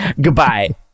Goodbye